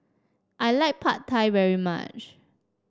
I like Pad Thai very much